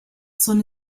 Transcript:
son